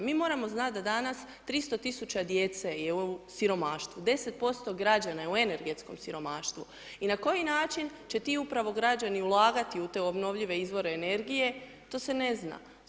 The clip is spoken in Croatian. Mi moramo znati da danas 300 000 djece je u siromaštvu, 10% građana je u energetskom siromaštvu i na koji način će ti upravo građani ulagati u te obnovljive izvore energije, to se ne zna.